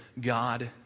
God